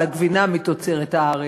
לגבינה מתוצרת הארץ,